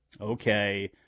Okay